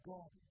God